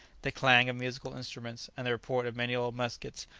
the clang of musical instruments, and the reports of many old muskets,